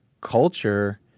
culture